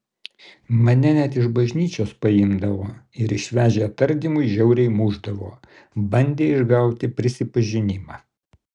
mane net iš bažnyčios paimdavo ir išvežę tardymui žiauriai mušdavo bandė išgauti prisipažinimą